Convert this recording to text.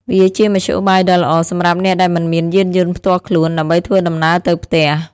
វាជាមធ្យោបាយដ៏ល្អសម្រាប់អ្នកដែលមិនមានយានយន្តផ្ទាល់ខ្លួន ដើម្បីធ្វើដំណើរទៅផ្ទះ។